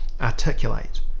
articulate